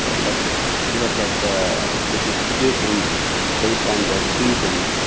and let's look at the the distribution based on the season.